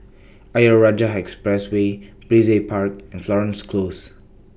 Ayer Rajah Expressway Brizay Park and Florence Close